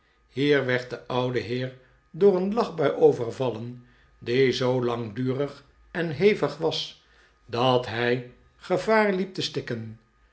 hier werd de oude heer door een lachbui overvallen die zoo langdurig en hevig was dat hij gevaar hep te stikken